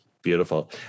beautiful